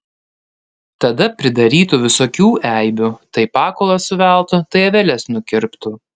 tada pridarytų visokių eibių tai pakulas suveltų tai aveles nukirptų